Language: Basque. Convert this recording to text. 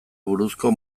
buruzko